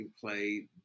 play